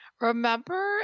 remember